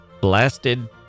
blasted